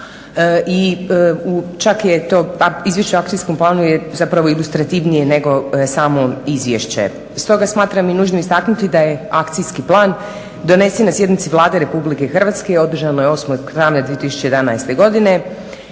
i čak je to izvješće o akcijskom planu je zapravo ilustrativnije nego samo izvješće stoga smatram i nužnim istaknuti da je akcijski plan donesen na sjednici Vlade RH i održano je 8.travnja 2011.godine